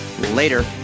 Later